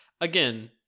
again